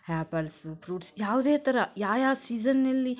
apples fruits ಯಾವುದೇ ಥರ ಯಾವ ಯಾವ ಸೀಝನ್ನಲ್ಲಿ